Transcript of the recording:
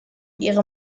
ihre